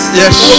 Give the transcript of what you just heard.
yes